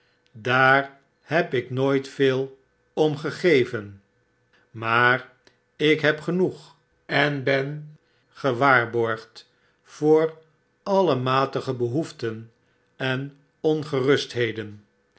daar heb ik nooit veel om gegeven maar ik heb genoeg en ben gewaarborgd voor alle matige behoeften en ongerustheden